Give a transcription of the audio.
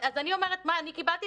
אז אני אומרת מה אני קיבלתי,